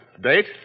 date